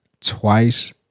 twice